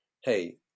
hey